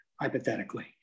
hypothetically